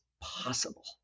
possible